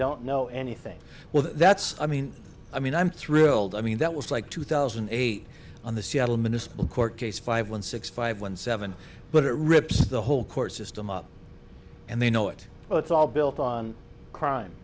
don't know anything well that's i mean i mean i'm thrilled i mean that was like two thousand and eight on the seattle miniscule court case five one six five one seven but it rips the whole court system up and they know it it's all built on crime